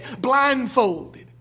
blindfolded